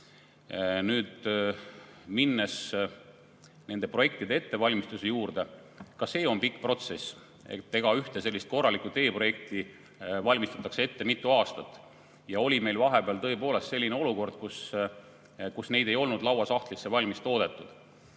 Minnes nende projektide ettevalmistuse juurde: ka see on pikk protsess. Ühte korralikku teeprojekti valmistatakse ette mitu aastat. Vahepeal oli meil tõepoolest selline olukord, kus neid ei olnud lauasahtlisse valmis toodetud.